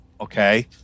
okay